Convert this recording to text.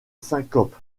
syncope